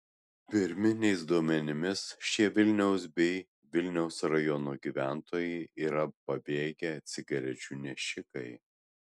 pirminiais duomenimis šie vilniaus bei vilniaus rajono gyventojai yra pabėgę cigarečių nešikai